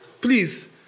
Please